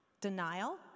Denial